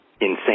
Insane